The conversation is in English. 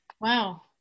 Wow